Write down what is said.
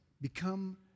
become